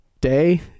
day